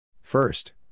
First